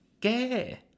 Gay